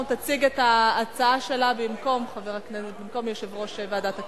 תציג את ההצעה שלה במקום יושב-ראש ועדת הכנסת.